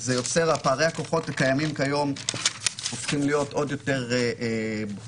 פערי הכוחות הקיימים כיום הופכים להיות עוד יותר בולטים.